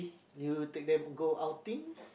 you take them go outing